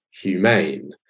humane